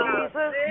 Jesus